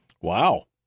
Wow